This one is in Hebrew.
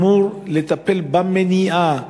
אמור לטפל במניעה,